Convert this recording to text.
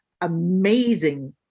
amazing